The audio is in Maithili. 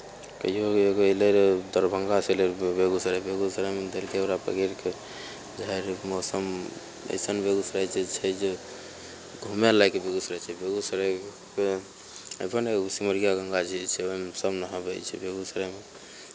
कहियो एगो अयलै रहए दरभंगासँ अयलै रहए बेगूसराय बेगूसरायमे देलकै ओकरा पकड़ि कऽ झाड़ि मौसम एसन बेगूसराय जे छै जे घूमय लायक बेगूसराय छै बेगूसरायमे आब ने एगो सिमरिया गङ्गा जी छै ओहिमे सभ नहाबै छै बेगूसरायमे